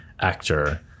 actor